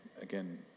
again